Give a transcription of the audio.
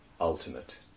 ultimate